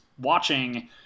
watching